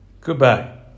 goodbye